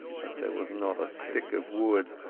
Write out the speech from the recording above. but there was not a stick of wood,